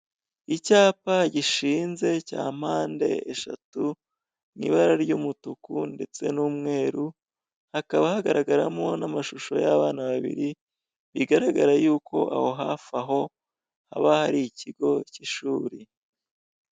Icyapa gishinze cya mpande eshatu mu ibara ry'umutuku ndetse n'umweru hakaba hagaragaramo n'amashusho y'abana babiri bigaragara yuko aho hafi aho haba hari ikigo cy'ishuri.